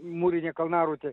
mūrinė kalnarūtė